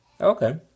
Okay